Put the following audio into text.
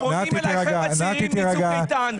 פונים אליי חבר'ה צעירים מצוק איתן,